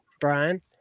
Brian